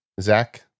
Zach